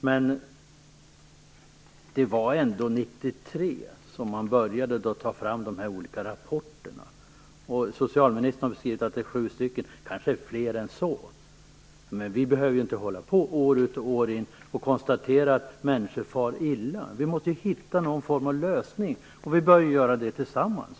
Men det var ändå 1993 som man började ta fram de olika rapporterna. Socialministern har skrivit att de är sju stycken. Det kanske är fler än så. Men vi behöver inte hålla på år ut och år in och konstatera att människor far illa. Vi måste hitta någon form av lösning och vi bör göra det tillsammans.